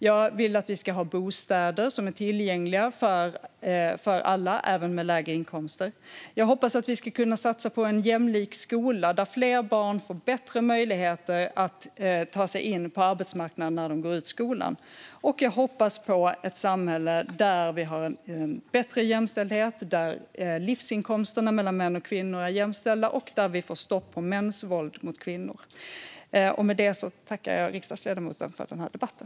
Jag vill att vi ska ha bostäder som är tillgängliga för alla, även för dem med lägre inkomster. Jag hoppas att vi ska kunna satsa på en jämlik skola där fler barn får bättre möjligheter att ta sig in på arbetsmarknaden när de går ut skolan. Och jag hoppas på ett samhälle där vi har bättre jämställdhet, där livsinkomsterna för män och kvinnor är jämställda och där vi får stopp på mäns våld mot kvinnor. Med det tackar jag riksdagsledamoten för den här debatten.